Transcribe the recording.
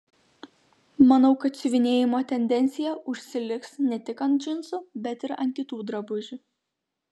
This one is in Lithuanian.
manau kad siuvinėjimo tendencija užsiliks ne tik ant džinsų bet ir ant kitų drabužių